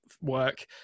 work